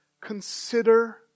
Consider